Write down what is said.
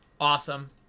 awesome